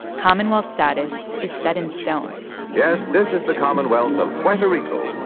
commonwealth status is set in stone yes, this is the commonwealth of puerto rico,